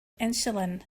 insulin